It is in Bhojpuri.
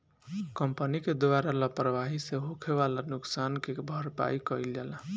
कंपनी के द्वारा लापरवाही से होखे वाला नुकसान के भरपाई कईल जाला